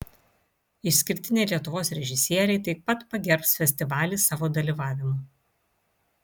išskirtiniai lietuvos režisieriai taip pat pagerbs festivalį savo dalyvavimu